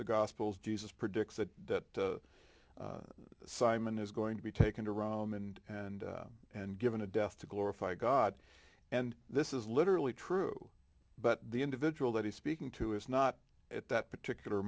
the gospels jesus predicts that simon is going to be taken to rome and and and given a death to glorify god and this is literally true but the individual that he's speaking to is not at that particular